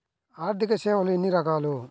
ఆర్థిక సేవలు ఎన్ని రకాలు?